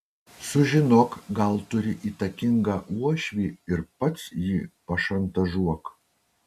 sužinok gal turi įtakingą uošvį ir pats jį pašantažuok